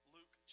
Luke